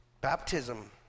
Baptism